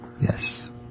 Yes